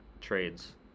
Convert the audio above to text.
trades